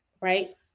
right